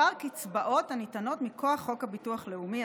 כמה קצבאות הניתנות מכוח חוק הביטוח הלאומי,